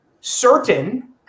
certain